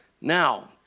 Now